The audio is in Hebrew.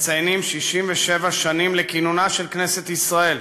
מציינים 67 שנים לכינונה של כנסת ישראל,